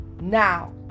now